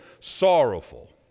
sorrowful